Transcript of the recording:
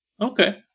Okay